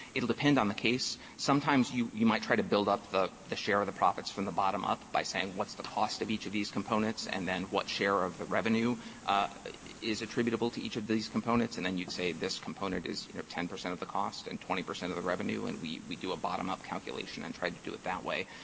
it will depend on the case. sometimes you you might try to build up the the share of the profits from the bottom up by saying, what's the cost of each of these components, and then what share of the revenue is attributable to each of these components. and then you say this component is you know ten percent of the cost and twenty percent of the revenue, and we we do a bottom-up calculation and try to do it that way.